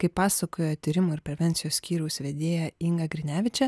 kaip pasakojo tyrimo ir prevencijos skyriaus vedėja inga grinevičė